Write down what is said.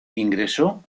ingresó